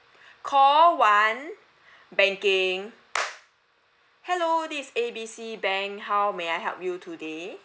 call one banking hello this A B C bank how may I help you today